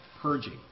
purging